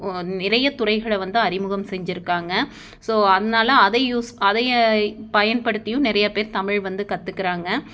நிறைய துறைகளை வந்து அறிமுகம் செஞ்சுருக்காங்க ஸோ அதனால அதை யூஸ் அதை பயன்படுத்தியும் நிறையா பேர் தமிழ் வந்து கற்றுக்கிறாங்க